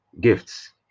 gifts